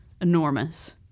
enormous